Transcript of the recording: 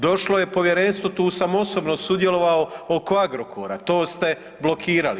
Došlo je povjerenstvo tu sam osobno sudjelovao oko Agrokora, to ste blokirali.